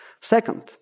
Second